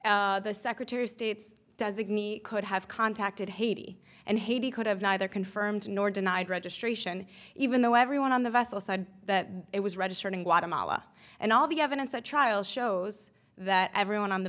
example the secretary of state's designee could have contacted haiti and haiti could have neither confirmed nor denied registration even though everyone on the vessel side that it was registered in guatemala and all the evidence at trial shows that everyone on the